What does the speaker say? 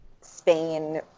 Spain